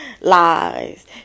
lies